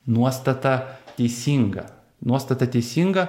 nuostata teisinga nuostata teisinga